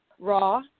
raw